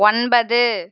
ஒன்பது